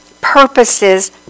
purposes